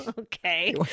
okay